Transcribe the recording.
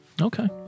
Okay